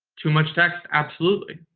too much text. absolutely.